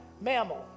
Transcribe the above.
mammal